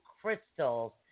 crystals